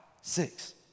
six